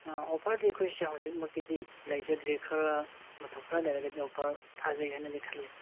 ꯑꯣꯐꯔꯗꯤ ꯑꯩꯈꯣꯏꯁꯤ ꯍꯧꯖꯤꯛꯃꯛꯀꯤꯗꯤ ꯂꯩꯖꯗ꯭ꯔꯤ ꯈꯔ ꯃꯇꯝ ꯈꯔ ꯂꯩꯔꯒꯗꯤ ꯑꯣꯐꯔ ꯊꯥꯖꯒꯦ ꯍꯥꯏꯅꯗꯤ ꯈꯜꯂꯤ